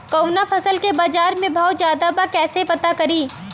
कवना फसल के बाजार में भाव ज्यादा बा कैसे पता करि?